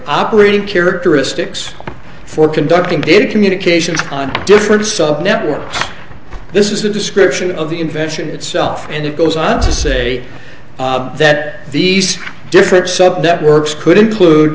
operating characteristics for conducting good communications on different sub networks this is a description of the invention itself and it goes on to say that these different subject works could include